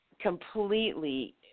completely